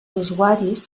usuaris